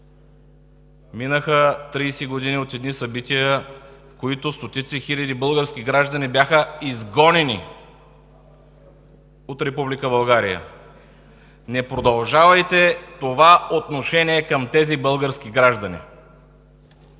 минаха 30 години от едни събития, в които стотици хиляди български граждани бяха изгонени от Република България. Не продължавайте това отношение към тези български граждани!